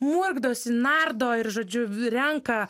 murkdosi nardo ir žodžiu vi renka